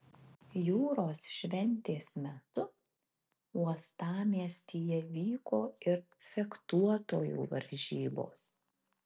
jūros šventės metu uostamiestyje vyko ir fechtuotojų varžybos